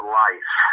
life